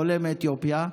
עולה מאתיופיה,